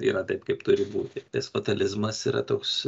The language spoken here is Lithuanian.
yra taip kaip turi būti tas fatalizmas yra toks